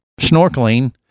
snorkeling